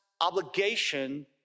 obligation